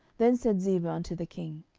then said ziba unto the king,